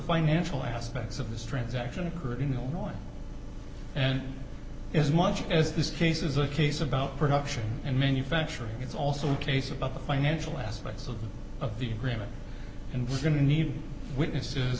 financial aspects of this transaction occurred in illinois and as much as this case is a case about production and manufacturing it's also a case about the financial aspects of the of the criminal and we're going to need witnesses